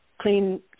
clean